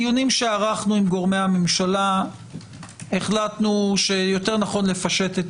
בדיונים שערכנו עם גורמי הממשלה החלטנו שיותר נכון לפשט את